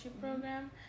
program